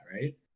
right